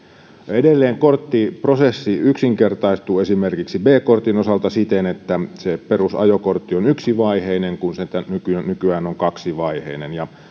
edelleen korttiprosessi yksinkertaistuu esimerkiksi b kortin osalta siten että se perusajokortti on yksivaiheinen kun se nykyään nykyään on kaksivaiheinen